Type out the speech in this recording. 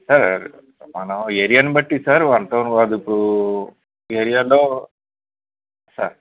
sir మనం ఏరియాని బట్టి సార్ వన్ టౌన్ వరకూ ఏరియాలో సార్